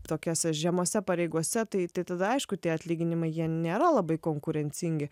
tokiose žemose pareigose tai tai tada aišku tie atlyginimai jie nėra labai konkurencingi